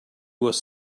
was